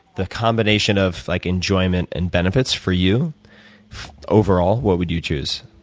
the combination of like enjoyment and benefits for you overall, what would you choose?